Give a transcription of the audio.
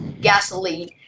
gasoline